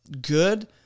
good